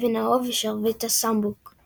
אבן האוב ושרביט הסמבוק –